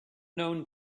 known